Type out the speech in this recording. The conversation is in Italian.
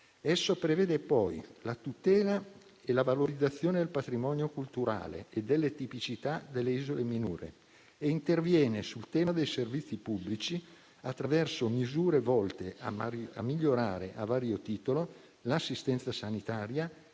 Prevede poi la tutela e la valorizzazione del patrimonio culturale e delle tipicità delle isole minori e interviene sul tema dei servizi pubblici attraverso misure volte a migliorare, a vario titolo, l'assistenza sanitaria